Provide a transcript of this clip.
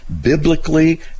biblically